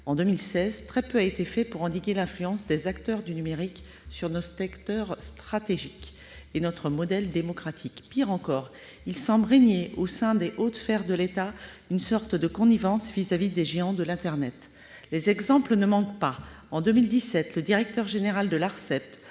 en 2016, très peu a été fait pour endiguer l'influence des acteurs du numérique sur nos secteurs stratégiques et notre modèle démocratique. Pis encore, il semble régner au sein des hautes sphères de l'État une sorte de connivence à l'endroit des géants de l'internet. Les exemples ne manquent pas. Qui visez-vous ? En 2017, le directeur général de l'Arcep,